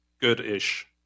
good-ish